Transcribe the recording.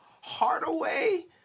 Hardaway